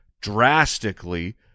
drastically